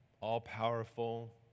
all-powerful